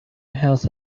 health